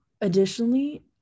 additionally